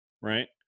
right